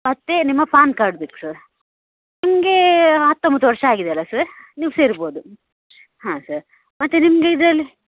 ಮತ್ತು ನಿಮ್ಮ PAN card ಬೇಕು ಸರ್ ನಿಮಗೆ ಹತ್ತೊಂಬತ್ತು ವರ್ಷ ಆಗಿದೆ ಅಲ್ಲ ಸರ್ ನೀವು ಸೇರ್ಬೋದು ಹಾಂ ಸರ್ ಮತ್ತು ನಿಮಗೆ ಇದರಲ್ಲಿ